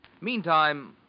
Meantime